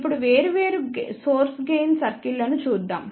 ఇప్పుడు వేర్వేరు source gain circles లను చూద్దాం